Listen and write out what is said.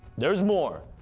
there's more,